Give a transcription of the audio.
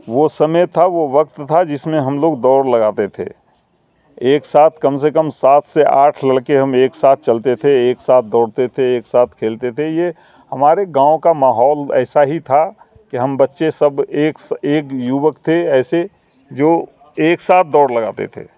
وہ سمے تھا وہ وقت تھا جس میں ہم لوگ دوڑ لگاتے تھے ایک ساتھ کم سے کم سات سے آٹھ لڑکے ہم ایک ساتھ چلتے تھے ایک ساتھ دوڑتے تھے ایک ساتھ کھیلتے تھے یہ ہمارے گاؤں کا ماحول ایسا ہی تھا کہ ہم بچے سب ایک ایک یوک تھے ایسے جو ایک ساتھ دوڑ لگاتے تھے